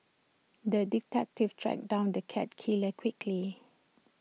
the detective tracked down the cat killer quickly